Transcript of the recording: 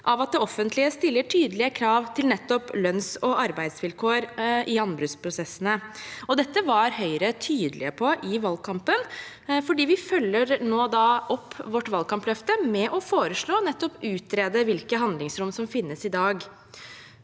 av at det offentlige stiller tydelige krav til nettopp lønns- og arbeidsvilkår i anbudsprosessene. Dette var Høyre tydelige på i valgkampen, og vi følger nå opp vårt valgkampløfte med å foreslå nettopp å utrede hvilke handlingsrom som finnes i dag.